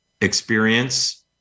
experience